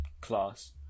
class